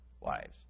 wives